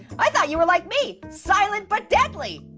i thought you were like me, silent but deadly.